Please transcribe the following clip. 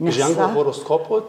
ženklą horoskopo